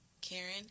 Karen